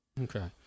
Okay